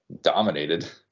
dominated